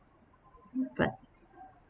but